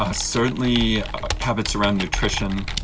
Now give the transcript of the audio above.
ah certainly habits around nutrition.